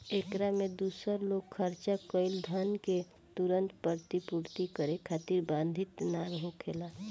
एकरा में दूसर लोग खर्चा कईल धन के तुरंत प्रतिपूर्ति करे खातिर बाधित ना होखेला